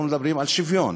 אנחנו מדברים על שוויון,